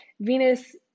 Venus